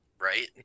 Right